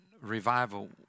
revival